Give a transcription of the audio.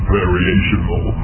variational